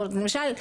למשל,